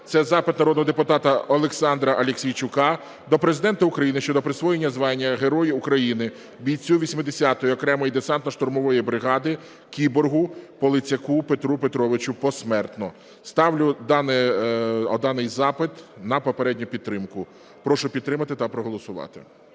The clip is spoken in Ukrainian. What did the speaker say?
це запит народного депутата Олександра Аліксійчука до Президента України щодо присвоєння звання Герой України бійцю 80-ї окремої десантно-штурмової бригади, "кіборгу" Полицяку Петру Петровичу (посмертно). Ставлю даний запит на попередню підтримку. Прошу підтримати та проголосувати.